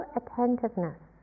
attentiveness